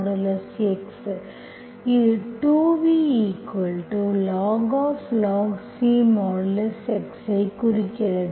இது 2v log C |X| ஐ குறிக்கிறது